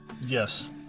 Yes